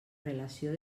relació